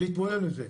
להתמודד עם זה.